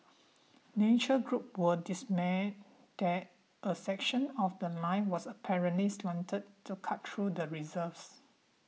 nature groups were dismayed that a section of The Line was apparently slated to cut through the reserves